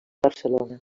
barcelona